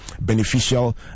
beneficial